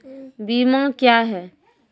बीमा क्या हैं?